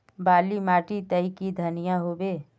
बाली माटी तई की धनिया होबे?